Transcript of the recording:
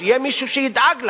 שיהיה מישהו שידאג לה.